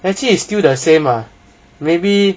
actually is still the same ah maybe